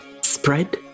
spread